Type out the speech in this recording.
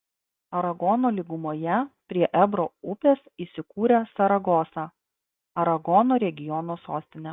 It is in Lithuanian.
aragono lygumoje prie ebro upės įsikūrė saragosa aragono regiono sostinė